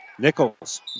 Nichols